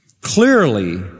Clearly